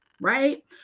Right